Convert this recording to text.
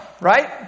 right